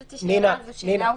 נינא --- זאת שאלה עובדתית.